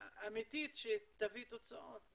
אמיתית שתביא תוצאות.